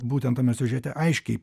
būtent tame siužete aiškiai